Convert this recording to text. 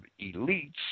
elites